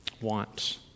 wants